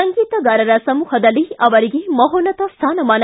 ಸಂಗೀತಗಾರರ ಸಮೂಹದಲ್ಲಿ ಅವರಿಗೆ ಮಹೋನ್ನತ ಸ್ಯಾನಮಾನ